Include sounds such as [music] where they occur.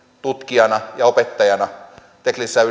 tutkijana ja opettajana teknillisessä [unintelligible]